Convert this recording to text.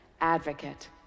advocate